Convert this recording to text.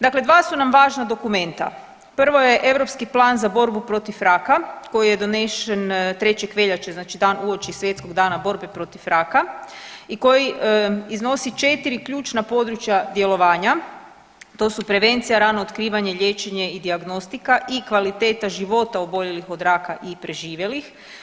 Dakle, dva su nam važna dokumenta, prvo je Europski plan za borbu protiv raka koji je donesen 3. veljače, znači dan uopći Svjetskog dana borbe protiv raka i koji iznosi četiri ključna područja djelovanja, to su prevencija, rano otkrivanje, liječenje i dijagnostika i kvaliteta života oboljelih od raka i preživjelih.